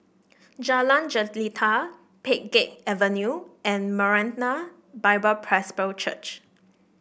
Jalan Jelita Pheng Geck Avenue and Maranatha Bible Presby Church